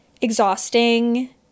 exhausting